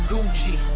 Gucci